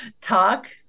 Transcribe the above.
Talk